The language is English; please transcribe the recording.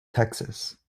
texas